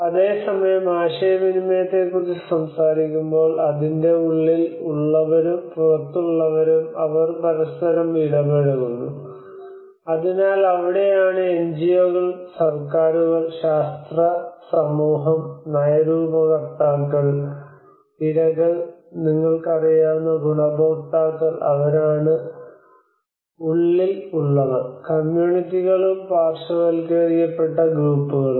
അതേസമയം ആശയവിനിമയത്തെക്കുറിച്ച് സംസാരിക്കുമ്പോൾ അതിന്റെ ഉള്ളിൽ ഉള്ളവരും പുറത്തുള്ളവരും അവർ പരസ്പരം ഇടപഴകുന്നു അതിനാൽ അവിടെയാണ് എൻജിഒകൾ സർക്കാരുകൾ ശാസ്ത്ര സമൂഹം നയരൂപകർത്താക്കൾ ഇരകൾ നിങ്ങൾക്കറിയാവുന്ന ഗുണഭോക്താക്കൾ അവരാണ് ആണ് ഉള്ളിൽ ഉള്ളവർ കമ്മ്യൂണിറ്റികളും പാർശ്വവൽക്കരിക്കപ്പെട്ട ഗ്രൂപ്പുകളും